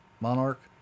monarch